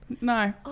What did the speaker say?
No